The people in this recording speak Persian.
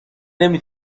نمی